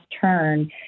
turn